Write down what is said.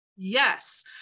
Yes